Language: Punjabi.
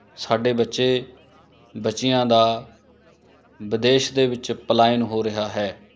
ਸਾਡੇ ਬੱਚੇ ਬੱਚੀਆਂ ਦਾ ਵਿਦੇਸ਼ ਦੇ ਵਿੱਚ ਪਲਾਇਨ ਹੋ ਰਿਹਾ ਹੈ